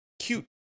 cute